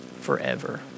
forever